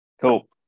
Cool